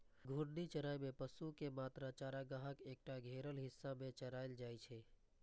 घूर्णी चराइ मे पशु कें मात्र चारागाहक एकटा घेरल हिस्सा मे चराएल जाइ छै